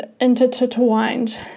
intertwined